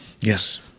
Yes